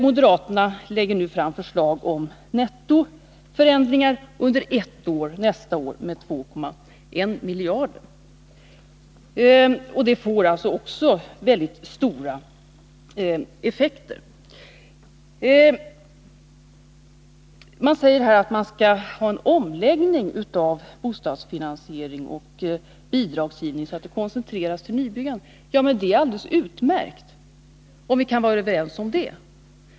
Moderaterna lägger nu fram förslag om nettoförändringar under ett år, nästa år, med 2,1 miljarder. Deras förslag får alltså, om de genomförs, mycket stora effekter. Moderaterna säger att de vill ha en omläggning av bostadsfinansiering och bidragsgivning, så att subventionerna koncentreras till nybyggnationen. Det är alldeles utmärkt, om vi kan vara överens om det!